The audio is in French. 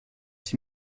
six